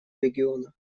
региона